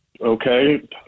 Okay